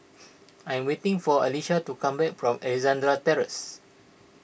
I'm waiting for Ayesha to come back from Alexandra Terrace